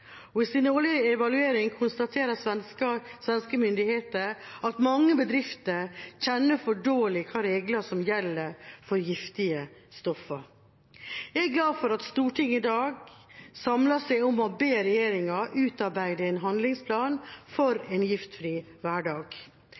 I sin årlige evaluering konstaterer svenske myndigheter at mange bedrifter kjenner for dårlig til hvilke regler som gjelder for giftige stoffer. Jeg er glad for at Stortinget i dag samler seg om å be «regjeringen utarbeide en handlingsplan for en giftfri hverdag»,